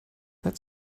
that